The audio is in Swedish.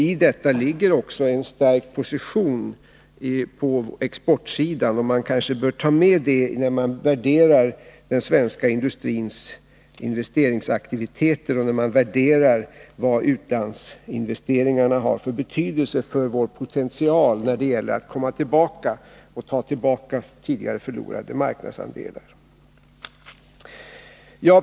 I detta ligger också en stärkt position på exportsidan. Man kanske bör ta med det när man värderar den svenska industrins investeringsaktiviteter och utlandsinvesteringarnas betydelse för vår potential när det gäller att ta tillbaka tidigare förlorade marknadsandelar.